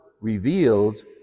reveals